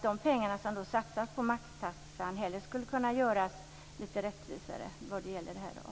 De pengar som satsas på maxtaxan skulle kunna fördelas lite rättvisare i det avseendet.